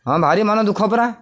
ହଁ ଭାରି ମନ ଦୁଃଖ ପରା